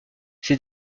ces